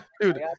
Dude